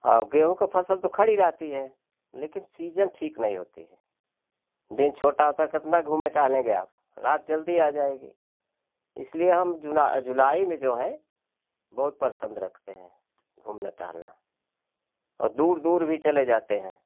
और गेहूँ का फसल तो खड़ी रहती है लेकिन सीजन ठीक नहीं होती है दिन छोटा होता है कितना घूमेंगे टहलेंगे आप रात जल्दी आ जाएगी इसलिए हम जुला जुलाई में जो है बहुत पसंद रखते हैं घूमना टहलना और दूर दूर भी चले जाते हैं